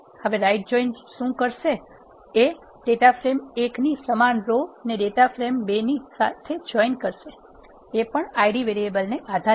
હવે right join શુ કરશે કે તે ડેટા ફ્રેમ ૧ ની સમાન રો ને ડેટા ફ્રેમ્૨ ની સાથે જોઇન કરશે એ પણ Id વેરીએબલ ના આધારિત